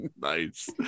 Nice